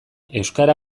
euskara